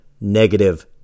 Negative